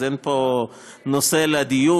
אז אין פה נושא לדיון,